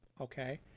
okay